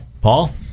paul